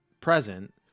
present